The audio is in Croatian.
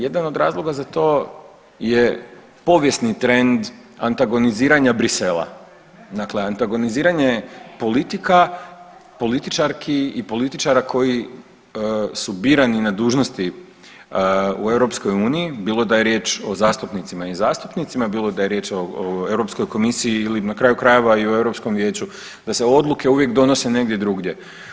Jedan od razloga za to je povijesni trend antagoniziranja Bruxellesa, dakle antagoniziranje politika, političarki i političara koji su birani na dužnosti u EU, bilo da je riječ o zastupnicama i zastupnicima, bilo da je riječ o Europskoj komisiji na kraju i o Europskom vijeću da se odluke uvijek donose negdje drugdje.